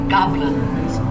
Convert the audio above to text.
goblins